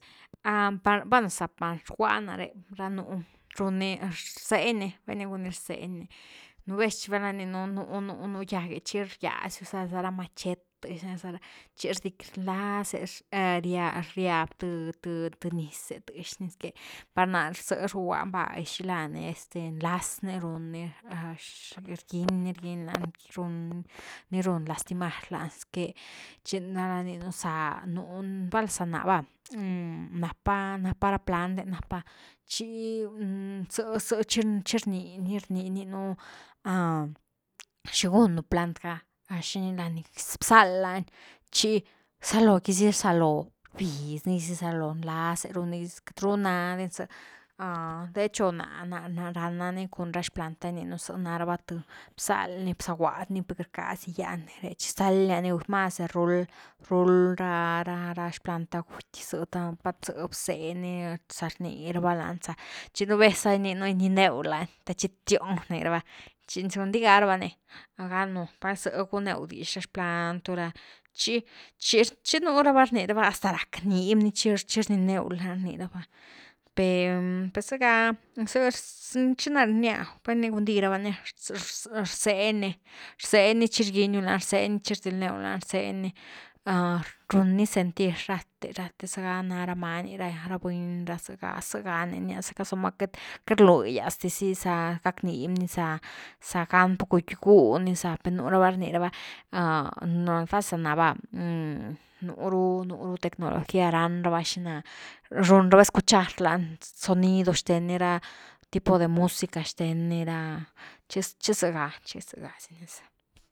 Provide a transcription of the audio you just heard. Par, bueno za pa rguani nare ra nún, run ni rzeñ n, val na guni rzeñ ni, nú vez chi val na rninu nú, nú gyag’e chi rgiasiu za, zara machet thexni za ra chi nlaz’e riab-riab th-th niz’e tëx ni zque. par náh, zë rguani va xilani este nlaz ni run ni, rgiñ ni rgiñ lani, run ni run lastimar lani sque, chi val’na gininu za nu ni, bueno za ná va napa-napa ra plant’em chi zë-zëh chi rnii nirni-rninu, xigunu plant ga, xini la ni bzald lani chi zalo dizy rsalo rbiz nidizy salo nlaz’e run ni, queity ru nadi ni zëh, de hecho náh-náh rana ni cun ra xplanta rninu, zë nara’va th, bzald ni bzaguad ni per queity rcasdia yialni re, chis talias ni guty, mas de rul ra-ra xplanta guty zë te pat zëbdeñ ni rni rava lani za, chi nú vez za rninu gininewlani te chi tioni rni ra’va chi gundi gá rava ni, ganu val së guneu dix la xplantura chi chi nú rava rni ra’va hasta racknib ni chi chirninu lani rnirava per-per zëga, zë chi ni rnia vai ni gundí raba ni, rzaeñ- rzaeñ ni chi rgiñu lani, rzaeñ ni chi rdilnew lani rzeñ ni, run ni sentir rathe rathe za ga na ra miny, ra buny zega-zega nia zacka csomen queity rluigyas di zy sa gacknibni, za gan packu gun ni za per nú rava rnirava, val za na va núru tecnología ran rava xina run rava escuchar ra sonidos xthen ni ra, tipo de música xthen ni ra chi zega-chi zega si.